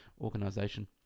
organization